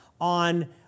on